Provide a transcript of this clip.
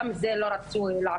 גם את זה הם לא רצו לעשות,